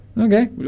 Okay